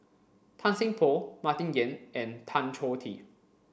Tan Seng Poh Martin Yan and Tan Choh Tee